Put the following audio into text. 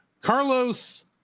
Carlos